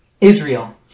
Israel